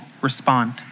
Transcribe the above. respond